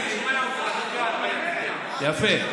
יפה.